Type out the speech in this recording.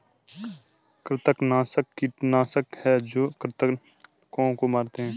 कृंतकनाशक कीटनाशक हैं जो कृन्तकों को मारते हैं